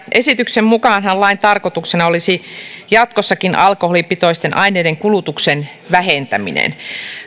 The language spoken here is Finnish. esityksen mukaanhan lain tarkoituksena olisi jatkossakin alkoholipitoisten aineiden kulutuksen vähentäminen